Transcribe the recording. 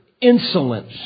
insolence